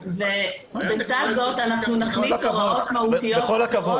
ולצד זאת אנחנו נכניס הוראות מהותיות אחרות